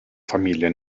familie